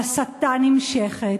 ההסתה נמשכת,